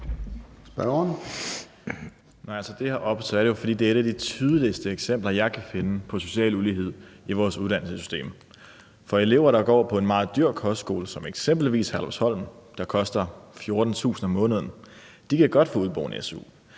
det her op, er det jo, fordi det er et af de tydeligste eksempler, jeg kan finde, på social ulighed i vores uddannelsessystem. For elever, der går på en meget dyr kostskole som eksempelvis Herlufsholm, der koster 14.000 kr. om måneden, kan godt få udeboende su,